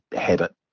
habit